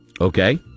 Okay